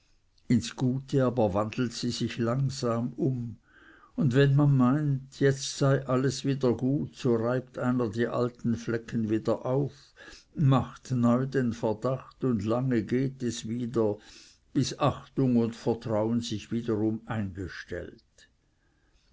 ins gute aber wandelt sie sich langsam um und wenn man meint jetzt sei alles wieder gut so reibt einer die alten flecken wieder auf macht neu den verdacht und lange geht es wieder bis achtung und vertrauen sich wiederum eingestellt